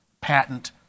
patent